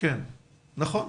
נכון.